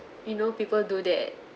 you know people do that